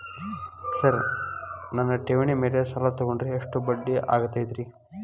Sir ನನ್ನ ಠೇವಣಿ ಮೇಲೆ ಸಾಲ ತಗೊಂಡ್ರೆ ಎಷ್ಟು ಬಡ್ಡಿ ಆಗತೈತ್ರಿ?